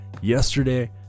Yesterday